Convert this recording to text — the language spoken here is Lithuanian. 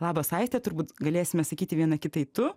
labas aiste turbūt galėsime sakyti viena kitai tu